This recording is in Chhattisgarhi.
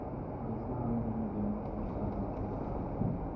पईसा ऑनलाइन जमा हो साकत हे का?